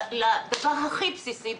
לדבר הכי בסיסי,